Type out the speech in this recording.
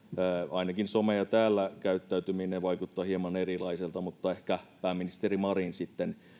ainakin some ja täällä käyttäytyminen vaikuttavat hieman erilaisilta mutta ehkä pääministeri marin sitten